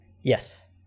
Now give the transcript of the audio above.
yes